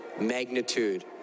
magnitude